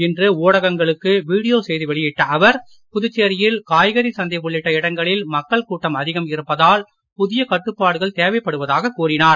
இன்று ஊடகங்களுக்கு வீடியோ செய்தி வெளியிட்ட அவர் புதுச்சேரியில் காய்கறி சந்தை உள்ளிட்ட இடங்களில் மக்கள் கூட்டம் அதிகம் இருப்பதால் புதிய கட்டுப்பாடுகள் தேவைப்படுவதாக கூறினார்